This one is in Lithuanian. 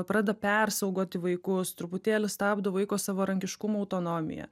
pradeda persaugoti vaikus truputėlį stabdo vaiko savarankiškumą autonomiją